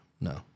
No